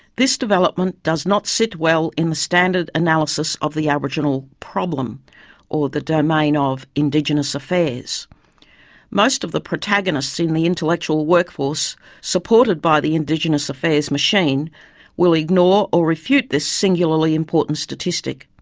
this development does not sit well in the standard analysis of the aboriginal problem or the domain of indigenous affairs. most of the protagonists in the intellectual workforce supported by the indigenous affairs machine will ignore or refute this singularly important statistic.